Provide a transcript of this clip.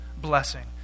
blessing